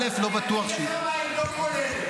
אני אגיד לך מה היא לא כוללת,